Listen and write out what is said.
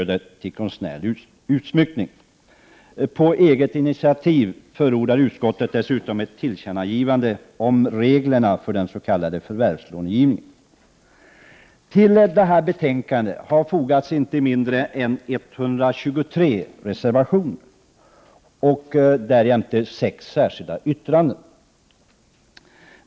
Det gäller: På eget initiativ förordar utskottet dessutom ett tillkännagivande om reglerna för den s.k. förvärvslångivningen. Till betänkandet har fogats inte mindre än 123 reservationer och sex särskilda yttranden.